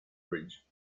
bridge